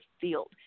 field